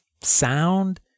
sound